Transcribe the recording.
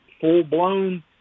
full-blown